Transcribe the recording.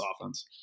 offense